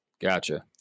Gotcha